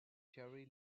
jerry